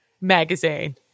magazine